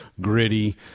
gritty